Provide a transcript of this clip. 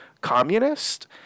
communist